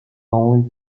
only